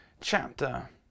chapter